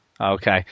Okay